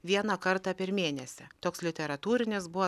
vieną kartą per mėnesį toks literatūrinis buvo